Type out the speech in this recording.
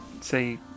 say